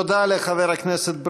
תודה לחבר הכנסת ברושי.